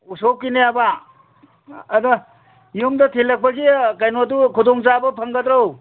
ꯎꯁꯣꯞꯀꯤꯅꯦꯕ ꯑꯗ ꯌꯨꯝꯗ ꯊꯤꯂꯛꯄꯒꯤ ꯀꯩꯅꯣꯗꯨ ꯈꯨꯗꯣꯡꯆꯥꯕ ꯐꯪꯒꯗ꯭ꯔꯣ